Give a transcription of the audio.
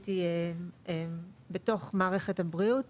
ביליתי בתוך מערכת הבריאות